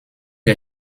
der